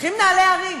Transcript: צריכים נעלי הרים,